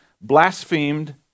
blasphemed